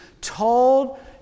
told